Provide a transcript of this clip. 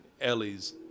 Ellie's